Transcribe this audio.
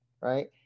right